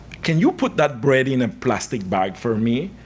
can you put that bread in a plastic bag for me?